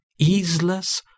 easeless